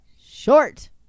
short